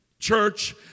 church